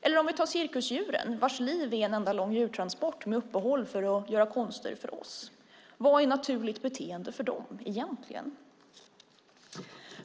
Eller så tar vi cirkusdjuren, vars liv är en enda lång djurtransport med uppehåll för att göra konster för oss. Vad är egentligen naturligt beteende för dem?